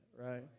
right